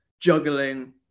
Juggling